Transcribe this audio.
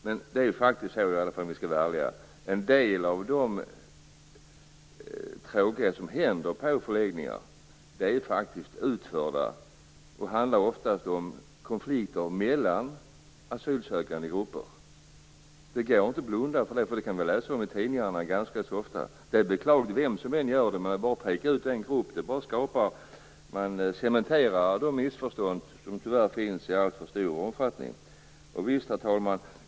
Men om vi skall vara ärliga så har en del av de tråkigheter som har skett på förläggningar utförts av asylsökande och handlar oftast om konflikter mellan asylsökande grupper. Det kan jag inte blunda för, eftersom man kan läsa om det i tidningarna ganska ofta. Det är beklagligt vem som än utför detta. Men om man bara pekar ut en grupp cementerar man bara de missförstånd som tyvärr finns i alltför stor omfattning. Herr talman!